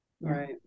Right